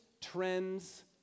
trends